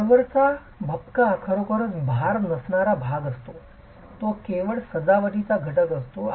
वरवरचा भपका खरोखरच भार नसणारा भाग नसतो तो केवळ सजावटीचा घटक असतो